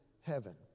heaven